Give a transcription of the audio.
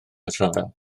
rhyfel